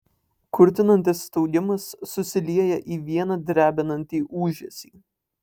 kurtinantis staugimas susilieja į vieną drebinantį ūžesį